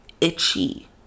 itchy